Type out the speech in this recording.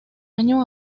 año